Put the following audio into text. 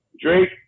Drake